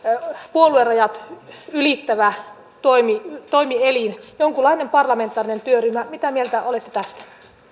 puoluerajat ylittävä toimielin jonkunlainen parlamentaarinen työryhmä mitä mieltä olette tästä